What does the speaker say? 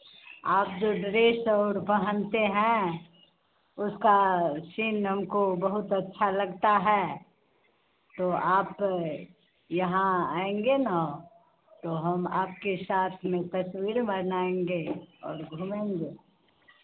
आप जो ड्रेस और पहनते हैं उसका सीन हमको बहुत अच्छा लगता है तो आप यहाँ आएंगे ना तो हम आपके साथ में तस्वीर बनाएंगे और घूमेंगे